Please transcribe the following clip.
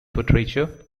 portraiture